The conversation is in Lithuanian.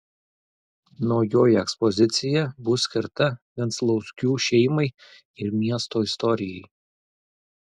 naujoji ekspozicija bus skirta venclauskių šeimai ir miesto istorijai